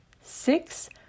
six